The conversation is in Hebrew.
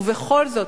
ובכל זאת,